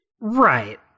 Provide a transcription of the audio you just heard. Right